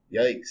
Yikes